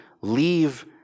leave